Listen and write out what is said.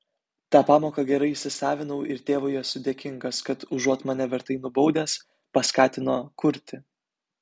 tą pamoką gerai įsisavinau ir tėvui esu dėkingas kad užuot mane vertai nubaudęs paskatino kurti